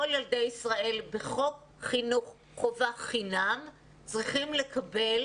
כל ילדי ישראל בחוק חינוך חובה חינם צריכים לקבל